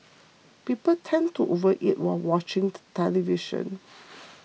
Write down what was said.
people tend to overeat while watching the television